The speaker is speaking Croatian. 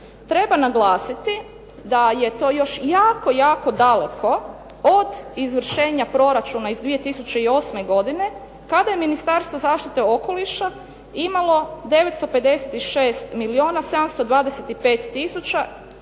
Treba naglasiti da je to još jako, jako daleko od izvršenja Proračuna iz 2008. godine kada je Ministarstvo zaštite okoliša imalo 956 milijuna 725 tisuća